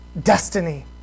destiny